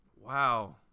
Wow